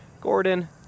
Gordon